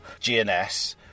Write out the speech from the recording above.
GNS